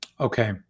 okay